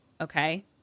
okay